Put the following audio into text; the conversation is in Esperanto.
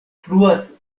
fluas